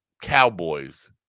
cowboys